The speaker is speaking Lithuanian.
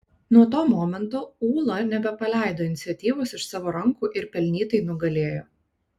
nuo to momento ūla nebepaleido iniciatyvos iš savo rankų ir pelnytai nugalėjo